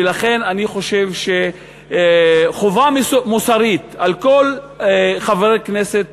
ולכן אני חושב שחובה מוסרית על כל חבר כנסת,